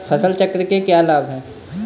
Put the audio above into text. फसल चक्र के क्या लाभ हैं?